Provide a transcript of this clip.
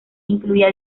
incluía